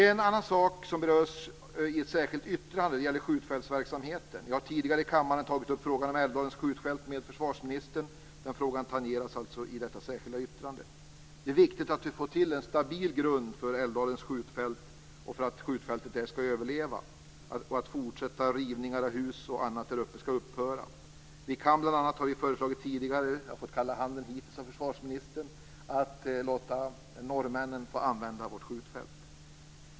En annan sak som berörs i ett särskilt yttrande gäller skjutfältsverksamheten. Jag har tidigare i kammaren tagit upp frågan om Älvdalens skjutfält med försvarsministern. Den frågan tangeras alltså i detta särskilda yttrande. Det är viktigt att vi får till en stabil grund för Älvdalens skjutfält, för att skjutfältet där skall överleva och för att rivningar av hus och annat där uppe skall upphöra. Vi kan bl.a. låta norrmännen få använda vårt skjutfält. Det har jag föreslagit tidigare, men hittills fått kalla handen av försvarsministern.